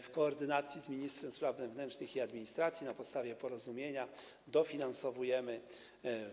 W koordynacji z ministrem spraw wewnętrznych i administracji na podstawie porozumienia dofinansowujemy to.